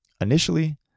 Initially